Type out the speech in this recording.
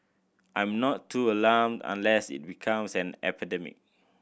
I'm not too alarmed unless it becomes an epidemic